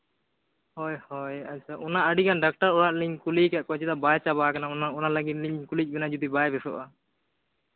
ᱦᱳᱭ ᱦᱳᱭ ᱟᱪᱪᱷᱟ ᱚᱱᱟ ᱟᱹᱰᱤᱜᱟᱱ ᱰᱟᱠᱴᱟᱨ ᱚᱲᱟᱜ ᱨᱮᱞᱤᱧ ᱠᱩᱞᱤᱭᱠᱟᱜ ᱠᱚᱣᱟ ᱪᱮᱫᱟᱜ ᱵᱟᱭ ᱪᱟᱵᱟ ᱠᱟᱱᱟ ᱚᱱᱟ ᱞᱟᱹᱜᱤᱫ ᱞᱤᱧ ᱠᱩᱞᱤᱭᱮᱫ ᱵᱮᱱᱟ ᱡᱩᱫᱤ ᱵᱟᱭ ᱵᱮᱥᱚᱜᱼᱟ